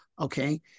okay